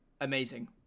amazing